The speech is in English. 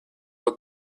what